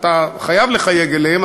אתה חייב לחייג אליהם,